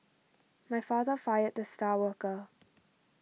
my father fired the star worker